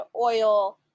oil